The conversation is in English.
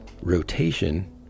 rotation